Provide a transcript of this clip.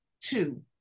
two